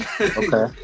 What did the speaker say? Okay